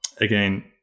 Again